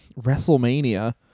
WrestleMania